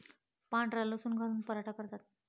पांढरा लसूण घालून पराठा करतात